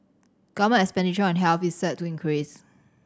government expenditure on health is set to increase